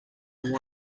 one